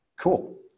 Cool